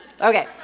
Okay